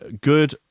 good